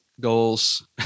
goals